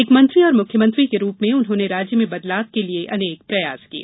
एक मंत्री और मुख्यमंत्री के रूप में उन्होंने राज्य में बदलाव के लिये अनेक प्रयास किये